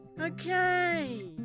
Okay